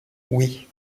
oui